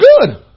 good